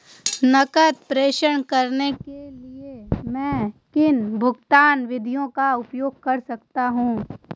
नकद प्रेषण करने के लिए मैं किन भुगतान विधियों का उपयोग कर सकता हूँ?